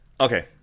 Okay